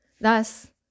Thus